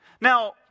Now